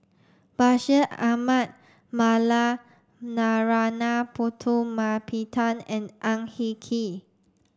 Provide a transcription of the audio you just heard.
Bashir Ahmad Mallal Narana Putumaippittan and Ang Hin Kee